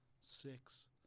six